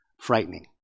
frightening